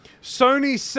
Sony